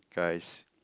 guys